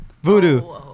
Voodoo